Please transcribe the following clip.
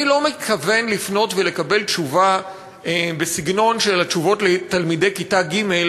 אני לא מתכוון לפנות ולקבל תשובה בסגנון התשובות לתלמידי כיתה ג',